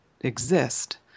exist